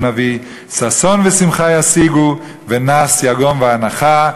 בנביא: "ששון ושמחה ישיגו ונס יגון ואנחה",